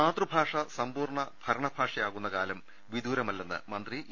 മാതൃഭാഷ സമ്പൂർണ്ണ ഭരണ ഭാഷയാകുന്ന കാലം വിദൂരമ ല്ലെന്ന് മന്ത്രി ഇ